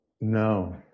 No